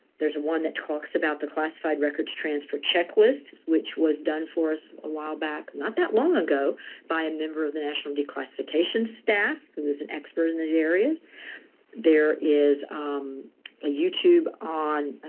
there's one that talks about the classified records transfer checklist, which was done for us a while back. not that long ago by a member of the national declassifications staff who was an expert in those areas. there is um a youtube on